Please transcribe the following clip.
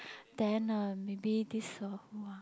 then uh maybe this a who ah